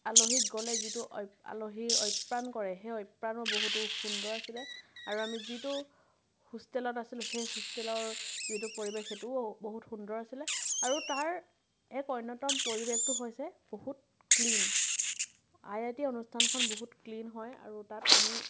আলহীক গ'লে যিটো অইপ আলহী অপ্যায়ন কৰে সেই অপ্যায়নো বহুতো সুন্দৰ আছিলে আৰু আমি যিটো হোষ্টেলত আছিলোঁ সেই হোষ্টেলৰ যিটো পৰিৱেশ সেইটোও বহুত সুন্দৰ আছিলে আৰু তাৰ সেই অন্যতম পৰিৱেশটো হৈছে বহুত ক্লীন আই আই টি অনুষ্ঠানখন বহুত ক্লীন হয় আৰু তাত আমি